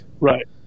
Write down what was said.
right